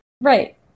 Right